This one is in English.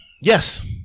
yes